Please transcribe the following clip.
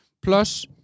Plus